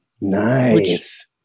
Nice